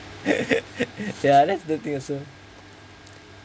ya that's the thing also